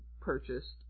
purchased